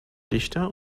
dichter